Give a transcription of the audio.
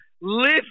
live